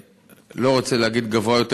ואני לא רוצה להגיד גבוה יותר,